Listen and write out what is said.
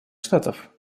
штатов